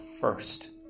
first